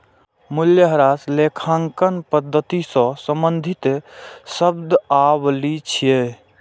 मूल्यह्रास लेखांकन पद्धति सं संबंधित शब्दावली छियै